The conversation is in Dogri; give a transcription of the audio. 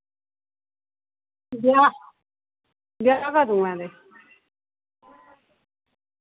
ब्याह् ब्याह् कदूं ऐ ते